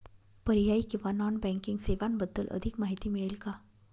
पर्यायी किंवा non banking सेवांबद्दल अधिक माहिती मिळेल का?